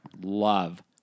love